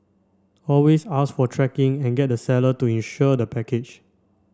always ask for tracking and get the seller to insure the package